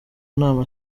nama